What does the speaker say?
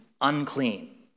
unclean